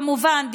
כמובן,